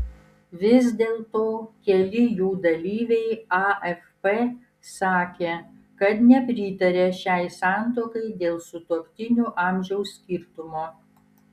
vis dėlto keli jų dalyviai afp sakė kad nepritaria šiai santuokai dėl sutuoktinių amžiaus skirtumo